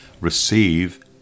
receive